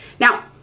now